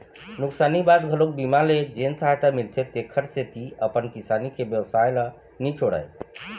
नुकसानी बाद घलोक बीमा ले जेन सहायता मिलथे तेखर सेती अपन किसानी के बेवसाय ल नी छोड़य